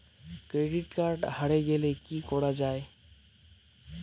Credit card হারে গেলে কি করা য়ায়?